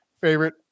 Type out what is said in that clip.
favorite